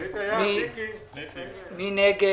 מי נגד?